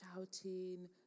shouting